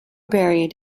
buried